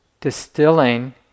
distilling